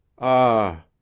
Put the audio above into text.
Ah